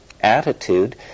attitude